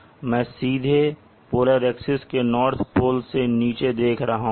मैं सीधे polar axis के नॉर्थ पोल से नीचे देख रहा हूं